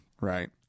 right